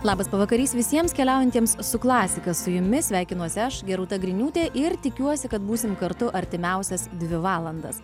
labas pavakarys visiems keliaujantiems su klasika su jumis sveikinuosi aš gi rūta griniūtė ir tikiuosi kad būsime kartu artimiausias dvi valandas